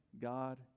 God